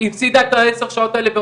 היא הפסידה את העשר שעות האלה.